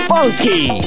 Funky